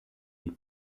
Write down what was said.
des